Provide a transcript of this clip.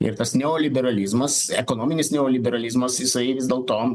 ir tas neoliberalizmas ekonominis neoliberalizmas jisai vis dėlto